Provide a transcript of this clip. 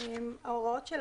אחידות בחקיקה.